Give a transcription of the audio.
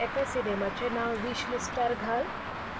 एका सिनेमाचें नांव वीश लिस्टार घाल